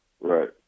Right